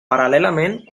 paral·lelament